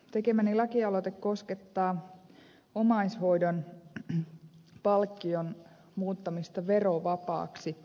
tekemäni lakialoite koskettaa omaishoidon palkkion muuttamista verovapaaksi